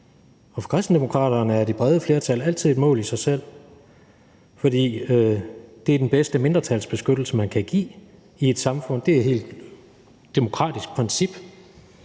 og for Kristendemokraterne er de brede flertal altid et mål i sig selv, fordi det er den bedste mindretalsbeskyttelse, man kan give i et samfund. Det er et demokratisk princip,